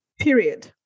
period